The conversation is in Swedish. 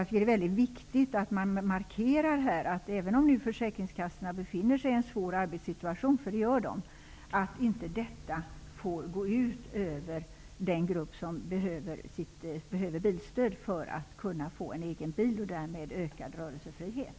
Det är viktigt att markera, att även om försäkringskassorna befinner sig i en svår arbetssituation får detta inte gå ut över den grupp som behöver bilstöd för att få en egen bil och därmed ökad rörelsefrihet.